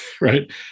right